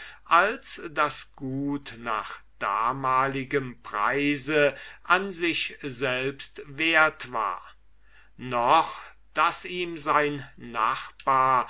als das gut nach damaligem preise an sich selbst wert war noch daß ihm sein nachbar